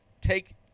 Take